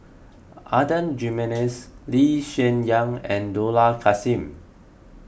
Adan Jimenez Lee Hsien Yang and Dollah Kassim